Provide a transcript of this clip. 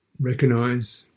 recognize